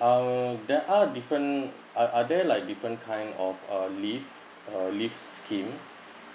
um there are different are are there like different kind of uh leave uh leave scheme